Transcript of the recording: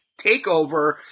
takeover